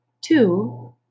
two